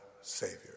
Savior